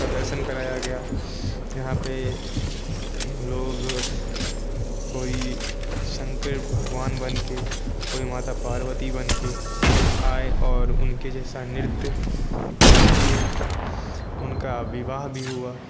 का दर्शन कराया गया यहाँ पे लोग कोई शंकर भगवान बनके कोई माता पार्वती बनके आए और उनके जैसा नृत्य भी किए उनका विवाह भी हुआ